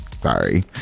Sorry